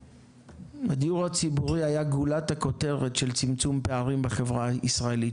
הדיור הציבורי היה גולת הכותרת של צמצום פערים בחברה הישראלית,